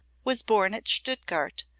was born at stuttgart,